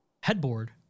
headboard